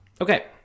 Okay